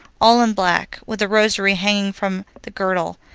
all in black, with a rosary hanging from the girdle,